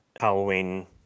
Halloween